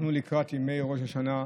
אנחנו לקראת ימי ראש השנה והחגים.